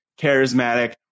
charismatic